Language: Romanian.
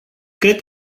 cred